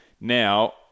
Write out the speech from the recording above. now